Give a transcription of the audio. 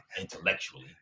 intellectually